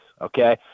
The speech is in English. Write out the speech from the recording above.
okay